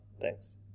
Thanks